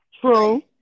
true